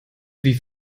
wie